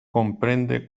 comprende